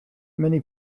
many